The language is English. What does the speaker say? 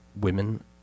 women